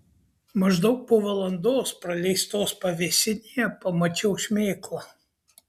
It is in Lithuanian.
maždaug po valandos praleistos pavėsinėje pamačiau šmėklą